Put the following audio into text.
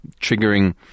triggering